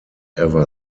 ever